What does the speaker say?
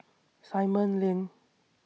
Simon Lane